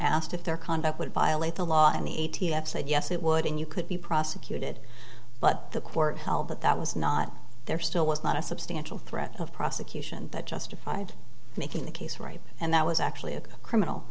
asked if their conduct would violate the law and the a t f said yes it would and you could be prosecuted but the court held that that was not there still was not a substantial threat of prosecution that justified making the case right and that was actually a criminal